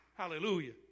Hallelujah